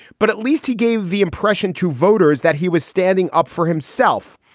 but at least he gave the impression to voters that he was standing up for himself.